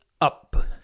up